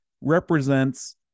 represents